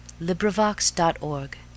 LibriVox.org